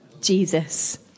Jesus